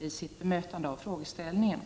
i sitt bemötande av frågeställningen.